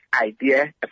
idea